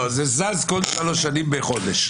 לא, זה זז כל שלוש שנים בחודש.